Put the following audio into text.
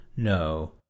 No